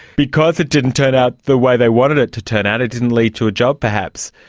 because it didn't turn out the way they wanted it to turn out, it didn't lead to a job perhaps,